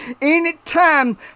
Anytime